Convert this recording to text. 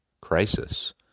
crisis